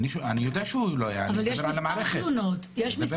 אני יודע שהוא לא היה, אני מדבר על המערכת.